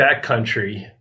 backcountry